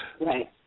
Right